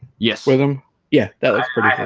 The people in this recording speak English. yes, wiggum yeah that looks pretty ah